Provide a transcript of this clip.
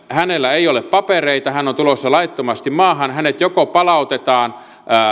hänellä ei ole papereita hän on tulossa laittomasti maahan hänet joko palautetaan